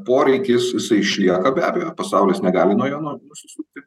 poreikis jisai išlieka be abejo pasaulis negali nuo jo nusisukti